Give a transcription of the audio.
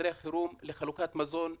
ראינו את זה בחדרי החירום לחלוקת מזון שקיימנו.